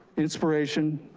inspiration,